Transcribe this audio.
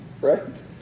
Right